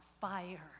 fire